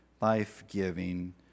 life-giving